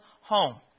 home